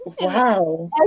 Wow